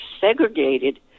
segregated